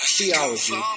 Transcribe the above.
theology